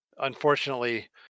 unfortunately